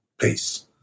peace